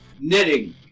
Knitting